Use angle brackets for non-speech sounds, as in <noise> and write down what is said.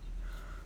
<breath>